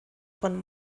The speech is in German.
von